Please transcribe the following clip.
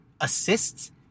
assists